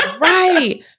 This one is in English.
Right